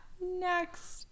next